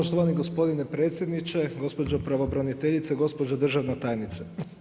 Poštovani gospodine predsjedniče, gospođo pravobraniteljice, gospođo državna tajnice.